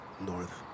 North